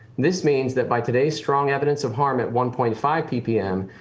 this means that by today's strong evidence of harm at one point five ppm,